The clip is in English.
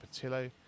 Patillo